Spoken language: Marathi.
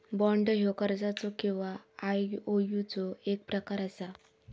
बाँड ह्यो कर्जाचो किंवा आयओयूचो एक प्रकार असा